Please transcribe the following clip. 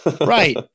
Right